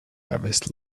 harvest